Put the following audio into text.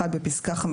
(1) בפסקה (5),